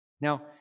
Now